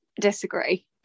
Disagree